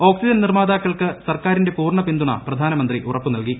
oxygen നിർമ്മാത്ാക്കൾക്ക് സർക്കാരിന്റെ പൂർണ്ണ പിന്തുണ പ്രധാന്യമ്ന്ത്രി ഉറപ്പുനൽകി